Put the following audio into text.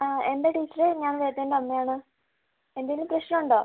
ആ എന്താ ടീച്ചറേ ഞാൻ വേദേൻ്റെ അമ്മ ആണ് എന്തേലും പ്രശ്നം ഉണ്ടോ